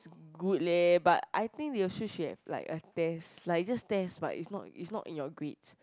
it's good leh but I think should have like a test like just test but it's not it's not in your grades